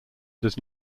does